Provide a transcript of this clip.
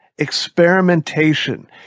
experimentation